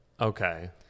okay